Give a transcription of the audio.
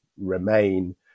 remain